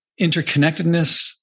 interconnectedness